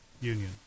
Union